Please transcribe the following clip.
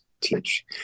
teach